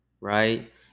Right